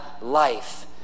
life